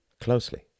closely